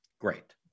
Great